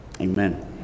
Amen